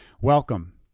welcome